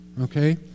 okay